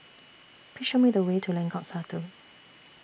Please Show Me The Way to Lengkong Satu